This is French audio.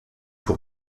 pour